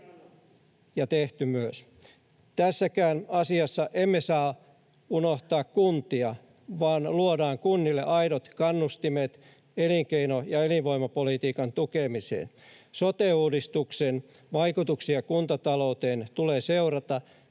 Ja tehty myös. Tässäkään asiassa emme saa unohtaa kuntia, vaan luodaan kunnille aidot kannustimet elinkeino‑ ja elinvoimapolitiikan tukemiseen. Sote-uudistuksen vaikutuksia kuntatalouteen tulee seurata,